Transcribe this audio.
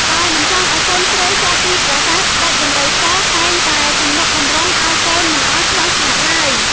ដោយមិនចង់ឱ្យកូនស្រីចុះពីប្រាសាទ ស្តេចដំរីសតែងតែទំនុកបម្រុងកូនមិនឱ្យខ្វះខាតឡើយ។